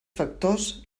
factors